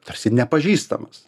tarsi nepažįstamas